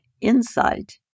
insight